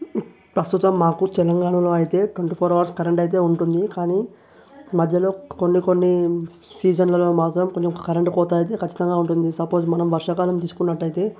ప్రస్తుతం మాకు తెలంగాణలో అయితే ట్వంటీ ఫోర్ అవర్స్ కరెంట్ అయితే ఉంటుంది కానీ మధ్యలో కొన్ని కొన్ని సీజన్లలో మాత్రం కొంచెం కరెంట్ కోత అయితే ఖచ్చితంగా ఉంటుంది సపోజ్ మనం వర్షాకాలం తీసుకున్నట్టయితే